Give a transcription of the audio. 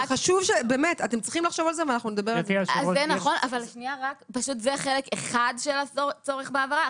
אבל זה רק חלק אחד של הצורך בהבהרה.